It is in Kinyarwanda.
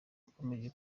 akomeje